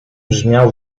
brzmiał